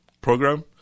program